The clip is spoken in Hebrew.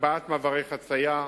הגבהת מעברי חצייה,